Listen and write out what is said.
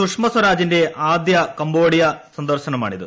സുഷമസ്വരാജിന്റെ ആദ്യ കംബോഡിയ സന്ദർശനമാണിത്